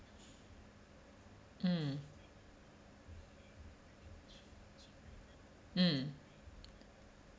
mm mm